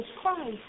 Christ